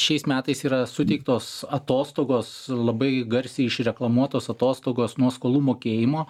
šiais metais yra suteiktos atostogos labai garsiai išreklamuotos atostogos nuo skolų mokėjimo